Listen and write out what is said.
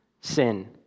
sin